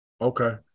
Okay